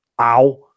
ow